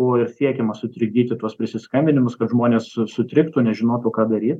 buvo ir siekiama sutrikdyti tuos prisiskambinimus kad žmonės su sutriktų nežinotų ką daryt